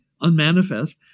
unmanifest